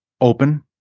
open